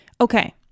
Okay